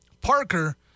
Parker